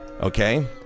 Okay